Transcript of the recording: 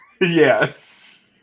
Yes